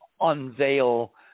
unveil